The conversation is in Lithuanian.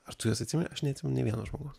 ar tu juos atsimeni aš neatsimeni nei vieno žmogaus